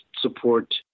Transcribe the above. support